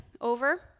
over